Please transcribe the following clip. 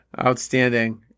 Outstanding